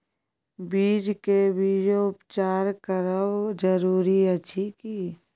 बीज के बीजोपचार करब जरूरी अछि की?